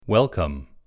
Welcome